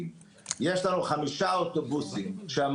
גם